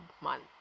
Month